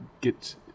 get